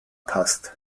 passt